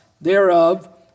thereof